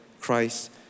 Christ